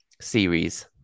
series